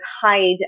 hide